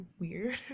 weird